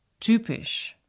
typisch